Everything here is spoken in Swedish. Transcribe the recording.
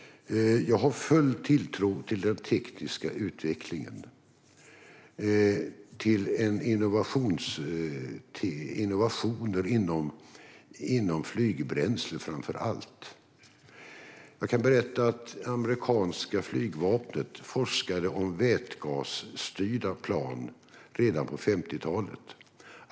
Jag har full tilltro till den tekniska utvecklingen, framför allt till innovationer inom flygbränsle. Jag kan berätta att amerikanska flygvapnet forskade om vätgasstyrda plan redan på 50-talet.